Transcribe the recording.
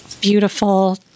beautiful